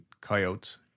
coyotes